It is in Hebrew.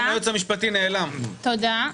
תודה.